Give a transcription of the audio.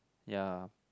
ya